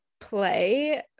play